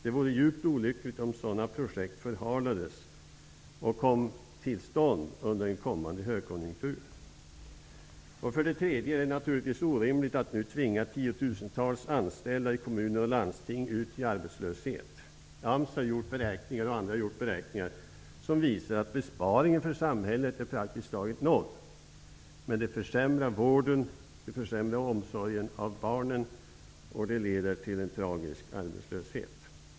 Det vore djupt olyckligt om sådana projekt förhalades och kom till stånd under en kommande högkonjunktur. För det tredje är det naturligtvis orimligt att nu tvinga tiotusentals anställda i kommuner och landsting ut i arbetslöshet. AMS och andra har gjort beräkningar som visar att besparingen för samhället är praktiskt taget noll, men det försämrar vården, det försämrar omsorgen om barnen, och det leder till en tragisk arbetslöshet.